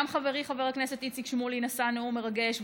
גם חברי חבר הכנסת איציק שמולי נשא נאום מרגש,